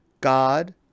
God